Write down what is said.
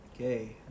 Okay